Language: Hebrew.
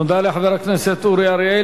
תודה לחבר הכנסת אורי אריאל.